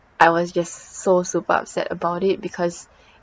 I was just so super upset about it because